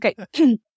Okay